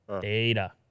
Data